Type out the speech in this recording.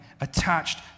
attached